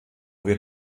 wird